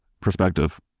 perspective